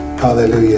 Hallelujah